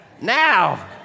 now